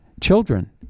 children